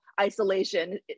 isolation